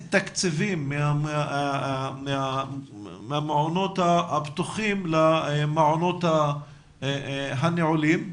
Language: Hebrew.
תקציבים מהמעונות הפתוחים למעונות הנעולים.